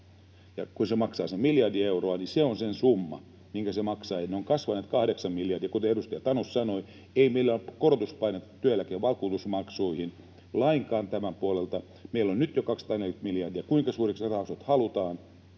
Kun se maksaa sen miljardi euroa, niin se on se summa, minkä se maksaa. Ne ovat kasvaneet 8 miljardia, kuten edustaja Tanus sanoi, eikä meillä ole korotuspainetta työeläkevakuutusmaksuihin lainkaan tämän puolelta. Meillä on nyt jo 240 miljardia. Kuinka suureksi ne rahastot halutaan?